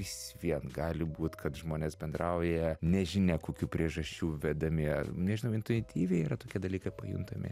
vis vien gali būt kad žmonės bendrauja nežinia kokių priežasčių vedami nežinau intuityviai yra tokie dalykai pajuntami